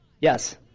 Yes